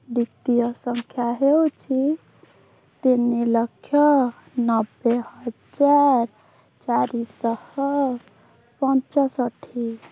ଦ୍ଵିତୀୟ ସଂଖ୍ୟା ହେଉଛି ତିନି ଲକ୍ଷ ନବେ ହଜାର ଚାରିଶହ ପଞ୍ଚଷଠି